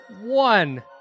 One